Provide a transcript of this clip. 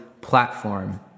platform